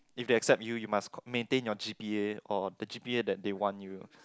if they accept you must maintain your G_P_A or the G_P_A that they want you